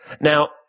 Now